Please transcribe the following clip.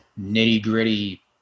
nitty-gritty